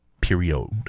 period